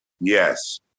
Yes